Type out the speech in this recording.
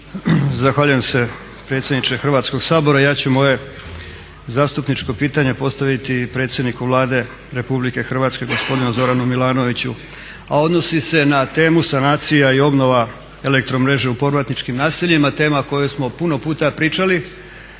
Zahvaljujem se predsjedniče Hrvatskog sabora. Ja ću moje zastupničko pitanje postaviti predsjedniku Vlade Republike Hrvatske gospodinu Zoranu Milanoviću, a odnosi se na temu sanacija i obnova elektromreže u povratničkim naseljima. Tema o kojoj smo puno puta pričali,